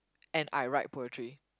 and I write poetry